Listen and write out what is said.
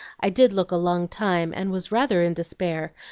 i did look a long time, and was rather in despair,